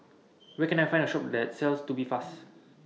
Where Can I Find A Shop that sells Tubifast